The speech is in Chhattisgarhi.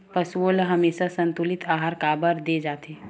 पशुओं ल हमेशा संतुलित आहार काबर दे जाथे?